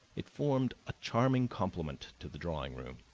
it formed a charming complement to the drawing room.